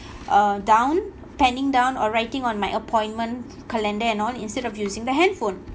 uh down penning down or writing on my appointment calendar and on instead of using the handphone